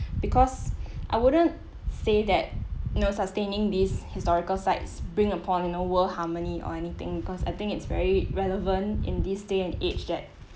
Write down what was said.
because I wouldn't say that you know sustaining these historical sites bring upon you know world harmony or anything cause I think it's very relevant in this day and age that